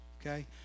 okay